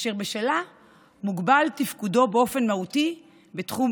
אשר בשלה מוגבל תפקודו באופן מהותי בתחום